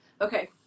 Okay